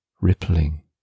rippling